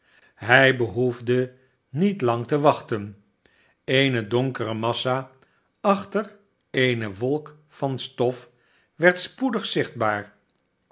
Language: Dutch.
hij behoefde niet lang te wachten eene donkere massa achter eene wolk van stof werd spoedig zichtbaar